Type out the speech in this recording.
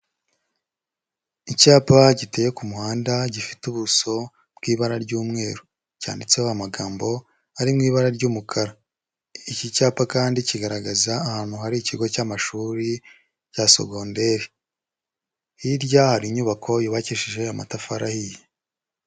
Icyapa giteye ku muhanda gifite ubuso bw'ibara ry'umweru, cyanditseho amagambo ari mu ibara ry'umukara, iki cyapa kandi kigaragaza ahantu hari ikigo cy'amashuri cya segonderi, hirya hari inyubako yubakishije amatafari ahiye.